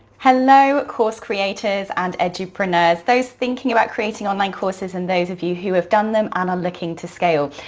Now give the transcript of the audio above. hello, course creators and edupreneurs, those thinking about creating online courses and those of you who have done them and are looking to scale.